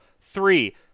three